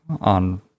on